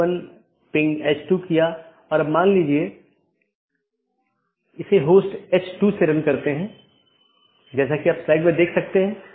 इन विशेषताओं को अनदेखा किया जा सकता है और पारित नहीं किया जा सकता है